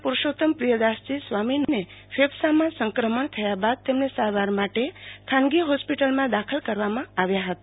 પુરુષોત્તમપ્રિયદાસજી સ્વામીને ફેફસામાં સંક્રમણ થયા બાદ તેમને સારવાર માટે ખાનગી હોસ્પિટલમાં દાખલ કરવામાં આવ્યા હતા